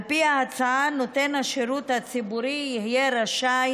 על פי ההצעה נותן השירות הציבורי יהיה רשאי